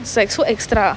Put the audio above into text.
it's like so extra